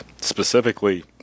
specifically